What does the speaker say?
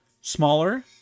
smaller